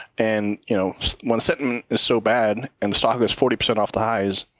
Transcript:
and you know when sentiment is so bad, and the stock is forty percent off the highs,